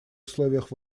условиях